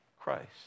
Christ